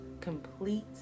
complete